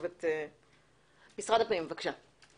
משרד הפנים, בבקשה.